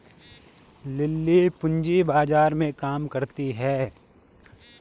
lily पूंजी बाजार में काम करती है